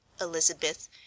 Elizabeth